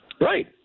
Right